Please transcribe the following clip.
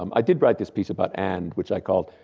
um i did write this piece about, and, which i called,